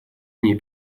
мне